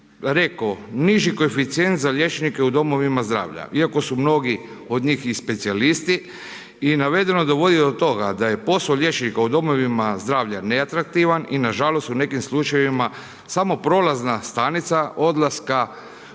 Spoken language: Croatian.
rekao, niži koeficijent za liječnike u domovima zdravlja, iako su mnogi od njih i specijalisti i navedeno da …/Govornik se ne razumije./… da je posao liječnika u domovima zdravlja neatraktivan i nažalost u nekim slučajevima samo prolazna stanica odlaska